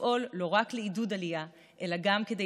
לפעול לא רק לעידוד עלייה אלא גם כדי